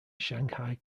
shanghai